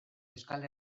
euskal